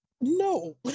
No